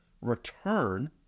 return